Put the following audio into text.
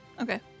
Okay